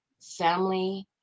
family